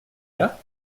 l’a